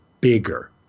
bigger